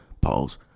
pause